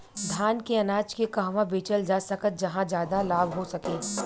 धान के अनाज के कहवा बेचल जा सकता जहाँ ज्यादा लाभ हो सके?